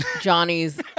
Johnny's